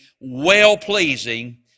well-pleasing